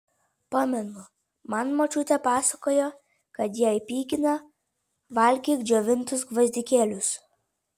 pamenu man močiutė pasakojo kad jei pykina valgyk džiovintus gvazdikėlius